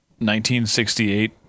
1968